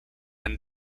and